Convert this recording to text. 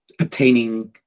obtaining